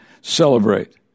celebrate